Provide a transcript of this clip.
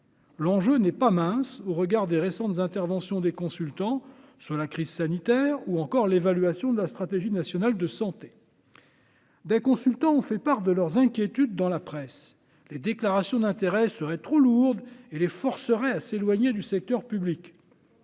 l'enjeu n'est pas mince au regard des récentes interventions des consultants sur la crise sanitaire, ou encore l'évaluation de la stratégie nationale de santé. Des consultants ont fait part de leurs inquiétudes dans la presse, les déclarations d'intérêts seraient trop lourdes et les forcerait à s'éloigner du secteur public,